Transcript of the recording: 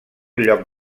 lloc